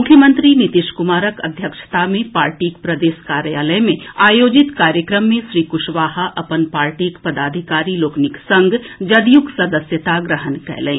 मुख्यमंत्री नीतीश कुमार के अध्यक्षता मे पार्टीक प्रदेश कार्यालय मे आयोजित कार्यक्रम श्री कुशवाहा अपन पार्टीक पदाधिकारी सभक संग जदयूक सदस्यता ग्रहण कयलनि